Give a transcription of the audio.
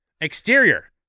Exterior